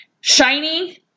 shiny